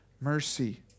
mercy